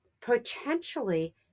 potentially